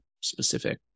specific